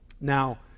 Now